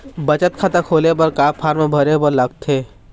बचत खाता खोले बर का का फॉर्म भरे बार लगथे?